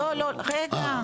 לא, לא, רגע.